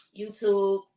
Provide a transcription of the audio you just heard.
YouTube